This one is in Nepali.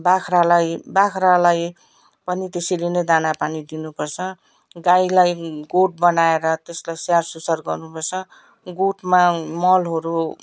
बाख्रालाई बाख्रालाई पनि त्यसरी नै दाना पानी दिनु पर्छ गाईलाई गोठ बनाएर त्यसलाई स्याहार सुसार गर्नु पर्छ गोठमा मलहरू